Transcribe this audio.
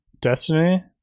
Destiny